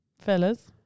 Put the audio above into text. Fellas